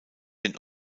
den